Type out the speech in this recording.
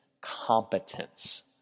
competence